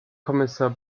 kommissar